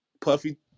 Puffy